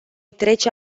trece